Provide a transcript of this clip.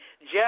Jeff